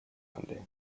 monday